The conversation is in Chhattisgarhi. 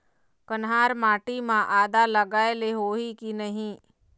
कन्हार माटी म आदा लगाए ले होही की नहीं?